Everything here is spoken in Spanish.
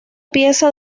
pieza